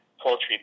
poultry